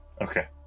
Okay